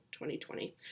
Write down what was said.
2020